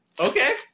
Okay